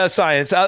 science